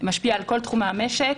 משפיעה על כל תחומי המשק.